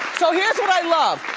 so here's what i love.